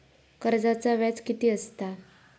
कर्जाचा व्याज कीती असता?